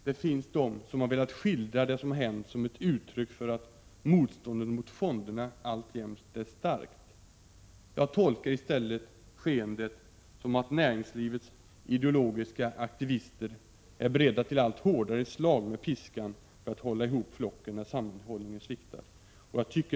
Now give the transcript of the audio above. Det finns de som har velat skildra det som har hänt som ett uttryck för att motståndet mot fonderna alltjämt är starkt. Jag tolkar i stället skeendet så, att näringslivets ideologiska aktivister är beredda till allt hårdare slag med piskan för att hålla ihop flocken när sammanhållningen sviktar.